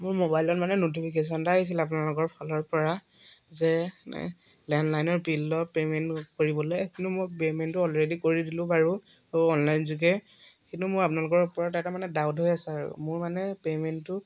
মোৰ মোবাইলত মানে নটিফিকেশ্যন এটা আহিছিল আপোনালোকৰ ফালৰ পৰা যে লেণ্ডলাইনৰ বিলৰ পে'মেণ্ট কৰিবলৈ কিন্তু মই পে'মেণ্টটো অলৰেডি কৰি দিলোঁ বাৰু অনলাইন যোগে কিন্তু মোৰ আপোনালোকৰ ওপৰত এটা মানে ডাউট হৈ আছে আৰু মোৰ মানে পে'মেণ্টটো